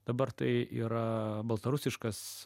dabar tai yra baltarusiškas